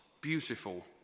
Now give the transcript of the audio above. beautiful